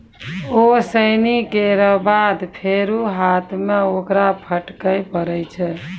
ओसौनी केरो बाद फेरु हाथ सें ओकरा फटके परै छै